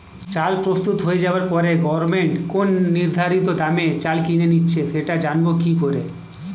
চাল প্রস্তুত হয়ে যাবার পরে গভমেন্ট কোন নির্ধারিত দামে চাল কিনে নিচ্ছে সেটা জানবো কি করে?